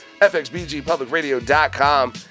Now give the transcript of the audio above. fxbgpublicradio.com